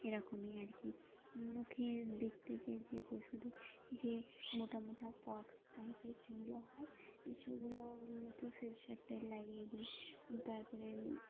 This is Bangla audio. এরকমই আর কি মুখের দিক থেকে যে পশুদের যে মোটামোটা পক্স টাইপের যেগুলো হয় সেগুলো তুষের সাথে লাগিয়ে দিই তারপরে